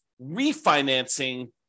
refinancing